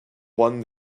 juan